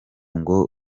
ngo